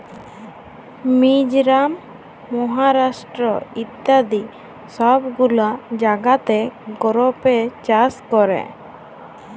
মিজরাম, মহারাষ্ট্র ইত্যাদি সব গুলা জাগাতে গ্রেপ চাষ ক্যরে